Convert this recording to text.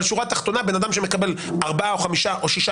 אבלה השורה התחתונה היא שבן אדם שמקבל ארבעה או חמישה או שישה